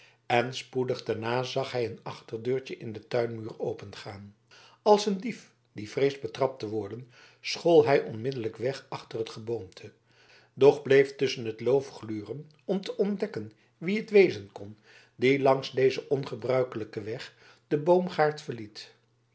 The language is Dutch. en spoedig daarop zag hij een achterdeurtje in den tuinmuur opengaan als een dief die vreest betrapt te worden school hij onmiddellijk weg achter het geboomte doch bleef tusschen het loof gluren om te ontdekken wie het wezen kon die langs dezen ongebruikelijken weg den boomgaard verliet